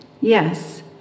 Yes